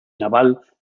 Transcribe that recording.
naval